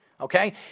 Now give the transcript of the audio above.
Okay